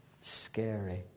Scary